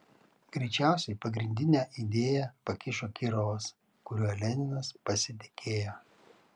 greičiausiai pagrindinę idėją pakišo kirovas kuriuo leninas pasitikėjo